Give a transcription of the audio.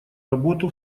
работу